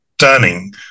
stunning